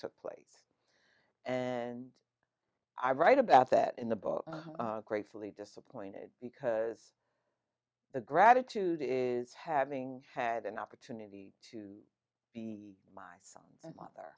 took place and i write about that in the book gratefully disappointed because the gratitude is having had an opportunity to be myself and mother